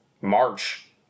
March